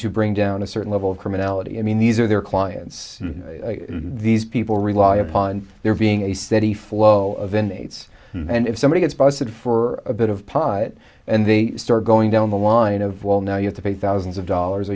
to bring down a certain level of criminality i mean these are their clients these people rely upon there being a steady flow of unaids and if somebody gets busted for a bit of pocket and they start going down the line of well now you have to pay thousands of dollars